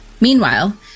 Meanwhile